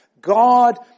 God